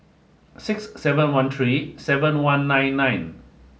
six seven one three seven one and nine nine